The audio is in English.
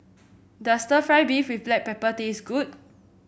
does stir fry beef with Black Pepper taste good